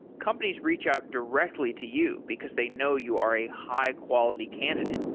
companies reach our directly to you, because they know you are a high-quality candidate.